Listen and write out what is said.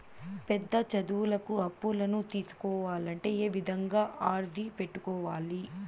పెద్ద చదువులకు అప్పులను తీసుకోవాలంటే ఏ విధంగా అర్జీ పెట్టుకోవాలి?